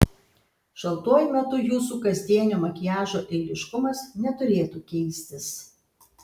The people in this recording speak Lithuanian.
šaltuoju metu jūsų kasdienio makiažo eiliškumas neturėtų keistis